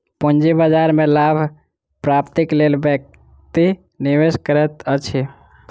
पूंजी बाजार में लाभ प्राप्तिक लेल व्यक्ति निवेश करैत अछि